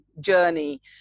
journey